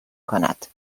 کند